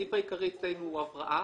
הסעיף העיקרי אצלנו הוא הבראה.